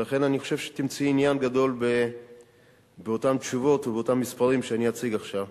ולכן אני חושב שתמצאי עניין גדול בתשובות ובמספרים שאני אציג עכשיו.